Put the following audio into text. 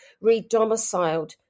re-domiciled